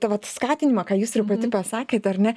tą vat skatinimą ką jūs ir pati pasakėt ar ne